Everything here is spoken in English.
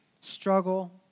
struggle